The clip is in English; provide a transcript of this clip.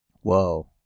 Whoa